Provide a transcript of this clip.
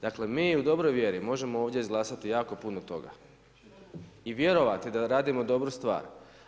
Dakle, mi u dobroj vjeri možemo ovdje izglasati jako puno toga i vjerovati da radimo dobru stvar.